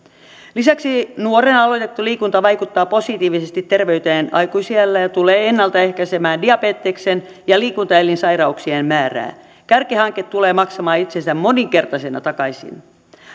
lisäksi nuorena aloitettu liikunta vaikuttaa positiivisesti terveyteen aikuisiällä ja tulee ennaltaehkäisemään diabeteksen ja liikuntaelinsairauksien määrää kärkihanke tulee maksamaan itsensä moninkertaisena takaisin